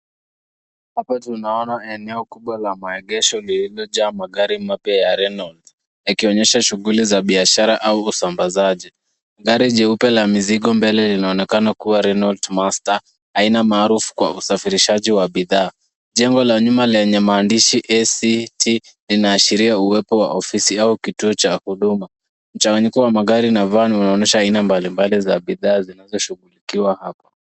Hapa tunaona eneo kubwa la maegesho lililojaa magari mapya ya Renault yakionyesha shughuli ya biashara au usambazaji. Gari jeupe la mizigo mbele linaloonekana kuwa Renault Master aina maarufu kwa usafirishaji wa bidhaa. Jengo la nyuma lenye maandishi ACT linaashiria uwepo wa ofisi au kituo cha huduma. Mchanganyiko wa magari na van unaonyesha aina mbalimbali za bidhaa zinazoshughulikiwa hapa.